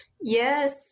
yes